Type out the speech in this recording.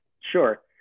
Sure